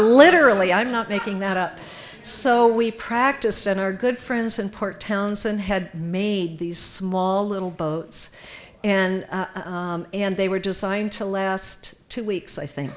literally i'm not making that up so we practiced on our good friends in port townsend had made these small little boats and and they were designed to last two weeks i think